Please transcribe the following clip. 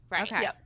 Okay